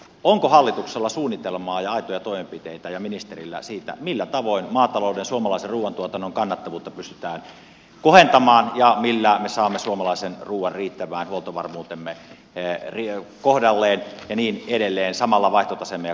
onko hallituksella ja ministerillä suunnitelmaa ja aitoja toimenpiteitä siitä millä tavoin maatalouden suomalaisen ruuantuotannon kannattavuutta pystytään kohentamaan ja millä me saamme suomalaisen ruuan osalta huoltovarmuutemme kohdalleen ja niin edelleen samalla vaihtotaseemme ja kauppataseemme